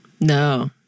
No